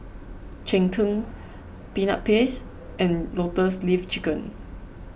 Cheng Tng Peanut Paste and Lotus Leaf Chicken